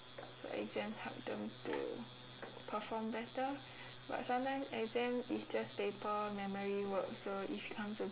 so exams help them to perform better but sometime exam is just paper memory work so if comes to